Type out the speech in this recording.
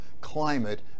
climate